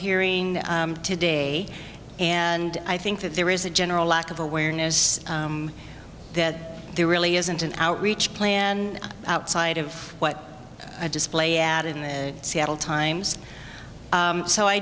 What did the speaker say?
hearing today and i think that there is a general lack of awareness that there really isn't an outreach plan outside of what a display ad in the seattle times so i